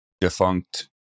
defunct